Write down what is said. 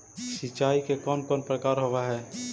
सिंचाई के कौन कौन प्रकार होव हइ?